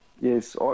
Yes